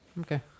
okay